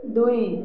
ଦୁଇ